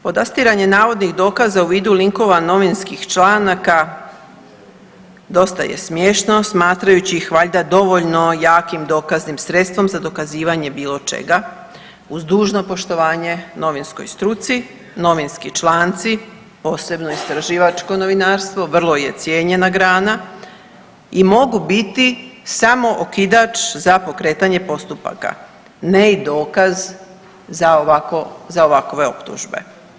Podastiranje navodnih dokaza u vidu linkova novinskih članaka dosta je smiješno smatrajući ih valjda dovoljno jakim dokaznim sredstvom za dokazivanje bilo čega, uz dužno poštovanje novinskoj struci novinski članci, posebno istraživačko novinarstvo vrlo je cijenjena grana i mogu biti samo okidač za pokretanje postupaka, ne i dokaz za ovakove optužbe.